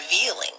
revealing